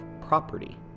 property